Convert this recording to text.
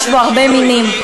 יש בו הרבה מינים.